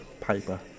paper